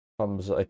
comes